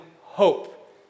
hope